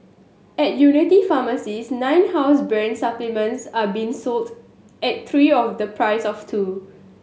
at Unity pharmacies nine house brand supplements are being sold at three of the price of two